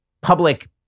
public